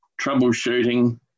troubleshooting